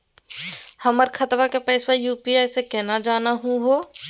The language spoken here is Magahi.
हमर खतवा के पैसवा यू.पी.आई स केना जानहु हो?